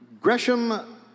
Gresham